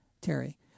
Terry